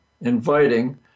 inviting